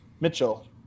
mitchell